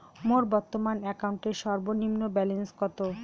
মোর বর্তমান অ্যাকাউন্টের সর্বনিম্ন ব্যালেন্স কত?